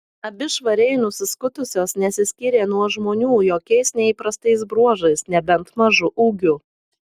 abi švariai nusiskutusios nesiskyrė nuo žmonių jokiais neįprastais bruožais nebent mažu ūgiu